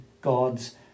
God's